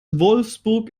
wolfsburg